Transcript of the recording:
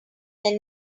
may